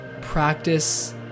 practice